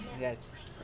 yes